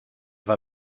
war